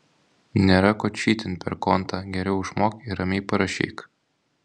nėra ko čytint per kontą geriau išmok ir ramiai parašyk